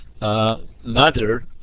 mother